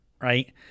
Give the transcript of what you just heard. right